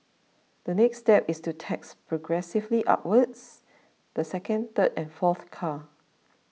a next step is to tax progressively upwards the second third and fourth car